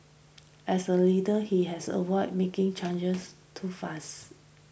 as the leader he has avoid making changes too fast